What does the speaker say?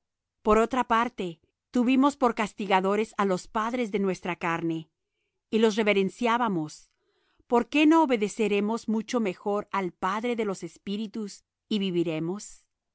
por otra parte tuvimos por castigadores á los padres de nuestra carne y los reverenciábamos por qué no obedeceremos mucho mejor al padre de los espíritus y viviremos